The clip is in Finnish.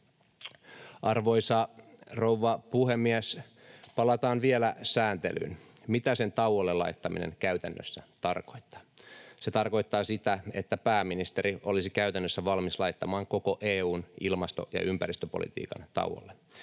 Arvoisa rouva puhemies! Palataan vielä sääntelyyn. Mitä sen tauolle laittaminen käytännössä tarkoittaa? Se tarkoittaa sitä, että pääministeri olisi käytännössä valmis laittamaan koko EU:n ilmasto- ja ympäristöpolitiikan tauolle.